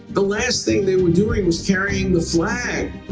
the last thing they were doing was carrying the flag,